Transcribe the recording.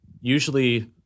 Usually